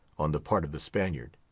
on the part of the spaniard.